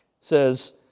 says